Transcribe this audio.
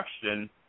question